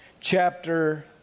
chapter